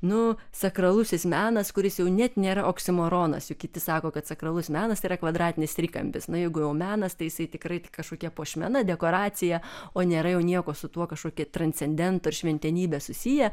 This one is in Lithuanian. nu sakralusis menas kuris jau net nėra oksimoronas juk kiti sako kad sakralus menas yra kvadratinis trikampis na jeigu jau menas tai jisai tikrai kažkokia puošmena dekoracija o nėra jau nieko su tuo kažkokiu transcendentu ar šventenybe susiję